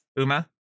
Uma